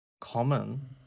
common